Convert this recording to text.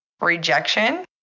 Rejection